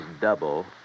double